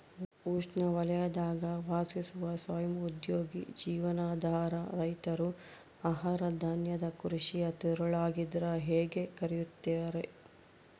ಉಷ್ಣವಲಯದಾಗ ವಾಸಿಸುವ ಸ್ವಯಂ ಉದ್ಯೋಗಿ ಜೀವನಾಧಾರ ರೈತರು ಆಹಾರಧಾನ್ಯದ ಕೃಷಿಯ ತಿರುಳಾಗಿದ್ರ ಹೇಗೆ ಕರೆಯುತ್ತಾರೆ